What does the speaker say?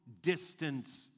distance